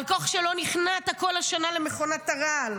על כך שלא נכנעת כל השנה למכונת הרעל.